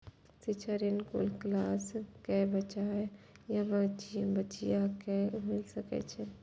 शिक्षा ऋण कुन क्लास कै बचवा या बचिया कै मिल सके यै?